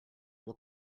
will